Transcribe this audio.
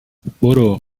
برو